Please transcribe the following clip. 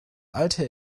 alte